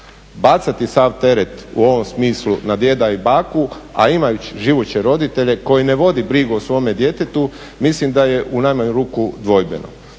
Bacati sav teret u ovom smislu na djeda i baku, a imajući živuće roditelje koji ne vodi brigu o svome djetetu mislim da je u najmanju ruku dvojbeno.